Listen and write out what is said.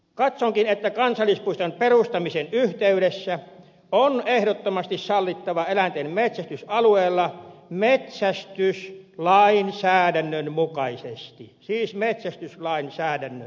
katsonkin että kansallispuiston perustamisen yhteydessä on ehdottomasti sallittava eläinten metsästys alueella metsästyslainsäädännön mukaisesti siis metsästyslainsäädännön mukaisesti